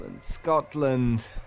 Scotland